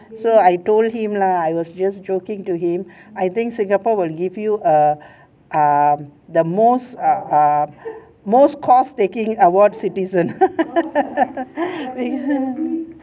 so I told him lah I was just joking to him I think singapore will give you a um the most err err most course taking award citizen